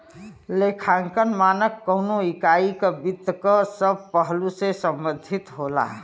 लेखांकन मानक कउनो इकाई क वित्त क सब पहलु से संबंधित होला